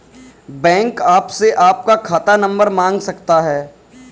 bank आपसे आपका खाता नंबर मांग सकता है